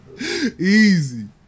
Easy